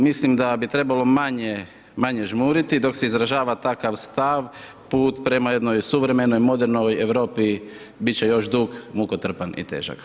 Mislim da bi trebalo manje žmuriti, dok se izražava takav stav prema jednoj suvremenoj, modernoj Europi, bit će još dug, mukotrpan i težak.